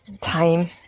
time